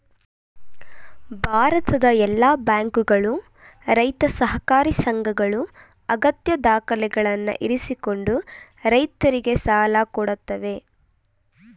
ಭಾರತದ ಎಲ್ಲಾ ಬ್ಯಾಂಕುಗಳು, ರೈತ ಸಹಕಾರಿ ಸಂಘಗಳು ಅಗತ್ಯ ದಾಖಲೆಗಳನ್ನು ಇರಿಸಿಕೊಂಡು ರೈತರಿಗೆ ಸಾಲ ಕೊಡತ್ತವೆ